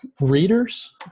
readers